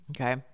okay